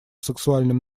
сексуальным